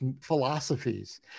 philosophies